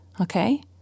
Okay